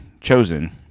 chosen